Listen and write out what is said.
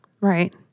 Right